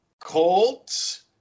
Colts